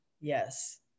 Yes